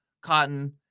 cotton